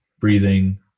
breathing